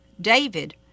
David